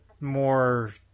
more